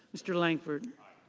mr. langford